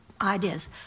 ideas